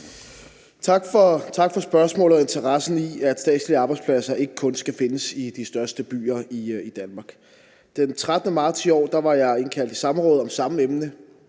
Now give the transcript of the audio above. Tak for spørgsmålet og interessen i, at statslige arbejdspladser ikke kun skal findes i de største byer i Danmark. Den 13. marts i år var jeg indkaldt i samråd om samme emne